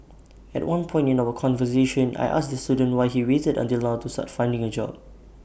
at one point in our conversation I asked the student why he waited until now to start finding A job